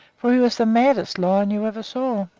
for he was the maddest lion you ever saw.